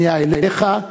הפנייה אליך,